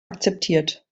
akzeptiert